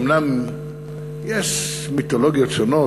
אומנם יש מיתולוגיות שונות,